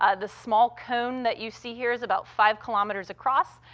ah the small comb that you see here is about five kilometers across,